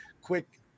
Quick